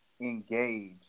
engage